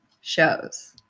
shows